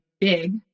big